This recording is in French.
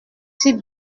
type